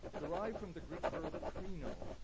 derive from the greek verb kreno.